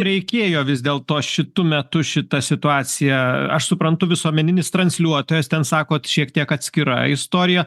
reikėjo vis dėl to šitu metu šitą situaciją aš suprantu visuomeninis transliuotojas ten sakot šiek tiek atskira istorija